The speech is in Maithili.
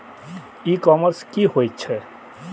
ई कॉमर्स की होय छेय?